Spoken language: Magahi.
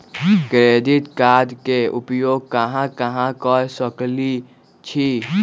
क्रेडिट कार्ड के उपयोग कहां कहां कर सकईछी?